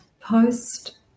post